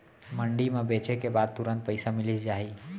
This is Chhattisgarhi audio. मंडी म बेचे के बाद तुरंत पइसा मिलिस जाही?